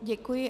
Děkuji.